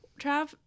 Trav